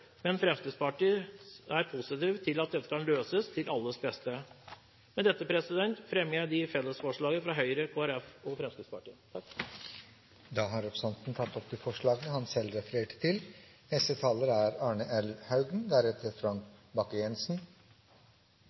men Fremskrittspartiet er positiv til at dette kan løses til alles beste. Med dette fremmer jeg de fellesforslagene fra Høyre, Kristelig Folkeparti og Fremskrittspartiet. Da har representanten Per Roar Bredvold tatt opp de forslagene han refererte til.